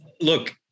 look